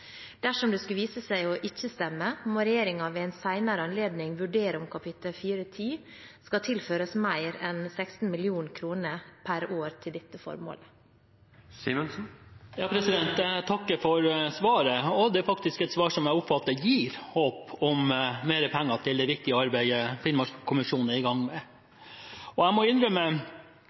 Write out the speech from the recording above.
Dersom det skulle vise seg ikke å stemme, må regjeringen ved en senere anledning vurdere om kap. 410 skal tilføres mer enn 16 mill. kr per år til dette formålet. Jeg takker for svaret, og det er faktisk et svar som jeg oppfatter gir håp om mer penger til det viktige arbeidet Finnmarkskommisjonen er i gang med. Jeg må innrømme